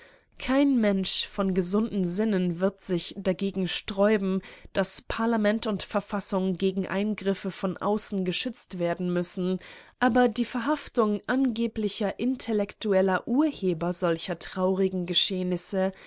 kein mensch von gesunden sinnen wird sich dagegen sträuben daß parlament und verfassung gegen eingriffe von außen geschützt werden müssen aber die verhaftung angeblicher intellektueller urheber solcher traurigen geschehnisse